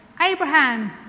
Abraham